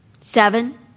Seven